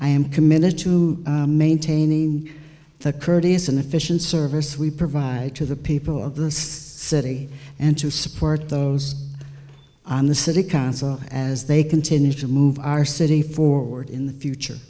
i am committed to maintaining the courteous and efficient service we provide to the people of the city and to support those on the city council as they continue to move our city forward in the future